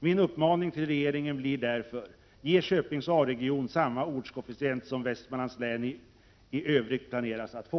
Min uppmaning till regeringen blir därför: Ge Köpings A-region samma ortskoefficient som Västmanlands län i övrigt planeras att få!